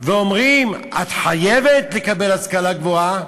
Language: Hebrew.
ואומרים, את חייבת לקבל השכלה גבוהה,